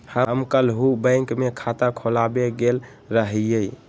हम काल्हु बैंक में खता खोलबाबे गेल रहियइ